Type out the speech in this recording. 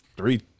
Three